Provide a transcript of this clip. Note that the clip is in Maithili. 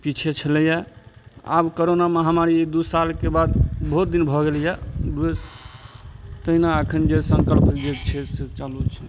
पीछे छलइए आब करोना महामारी दू सालके बाद बहुत दिन भऽ गेलइए तहिना एखन जे सङ्कल्प जे छै से चालू छै